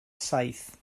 saith